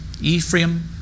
Ephraim